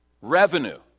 revenue